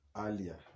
earlier